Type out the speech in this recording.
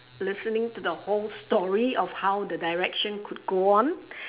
listening to the whole story of how the direction could go on